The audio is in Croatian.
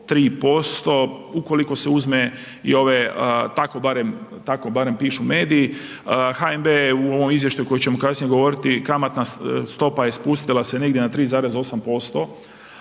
3%, ukoliko se uzme i ove, tako barem pišu mediji, HNB u ovom izvještaju koji ćemo kasnije govoriti, kamatna stopa je spustila se negdje na 3,8%